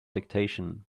dictation